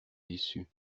déçu